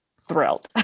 thrilled